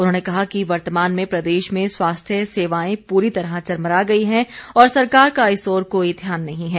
उन्होंने कहा कि वर्तमान में प्रदेश में स्वास्थ्य सेवाएं पूरी तरह चरमरा गई हैं और सरकार का इस ओर कोई ध्यान नहीं है